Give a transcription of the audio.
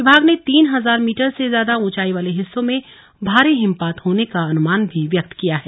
विभाग ने तीन हजार मीटर से ज्यादा ऊंचाई वाले हिस्सों में भारी हिमापात होने का अनुमान भी व्यक्त किया है